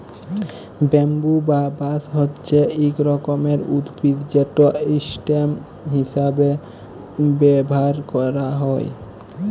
bamboo বা বাঁশ হছে ইক রকমের উদ্ভিদ যেট ইসটেম হিঁসাবে ব্যাভার ক্যারা হ্যয়